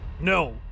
No